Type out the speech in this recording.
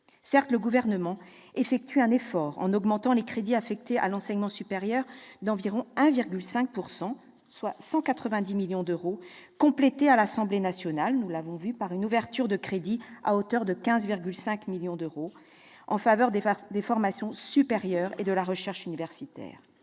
Certes, le Gouvernement effectue un effort en augmentant les crédits affectés à l'enseignement supérieur d'environ 1,5 %, soit 190 millions environ, complétés, à l'Assemblée nationale, par l'ouverture de crédits, à hauteur de 15,5 millions d'euros, en faveur des formations supérieures et de la recherche universitaire.